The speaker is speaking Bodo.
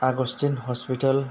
Augustine hospital